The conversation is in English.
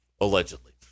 Allegedly